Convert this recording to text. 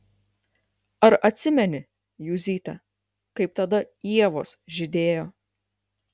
ar atsimeni juzyte kaip tada ievos žydėjo